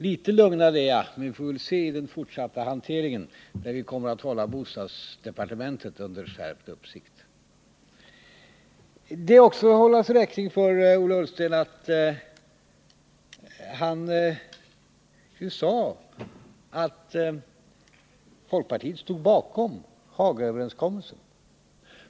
Litet lugnare är jag, men vi får väl se vad som kommer att hända i den fortsatta hanteringen. Vi kommer att hålla bostadsdepartementet under skärpt uppsikt. Ola Ullsten skall också hållas räkning för att han sade att folkpartiet stod bakom Hagaöverenskommelsen.